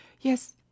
Yes